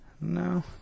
No